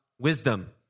wisdom